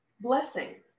blessing